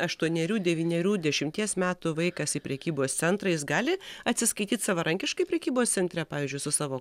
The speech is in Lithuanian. aštuonerių devynerių dešimties metų vaikas į prekybos centrą jis gali atsiskaityt savarankiškai prekybos centre pavyzdžiui su savo